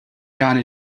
done